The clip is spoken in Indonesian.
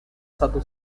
satu